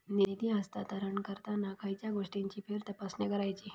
निधी हस्तांतरण करताना खयच्या गोष्टींची फेरतपासणी करायची?